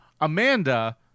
Amanda